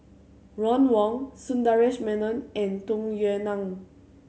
Ron Wong Sundaresh Menon and Tung Yue Nang